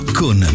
con